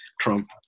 Trump